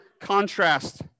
contrast